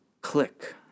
click